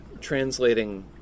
translating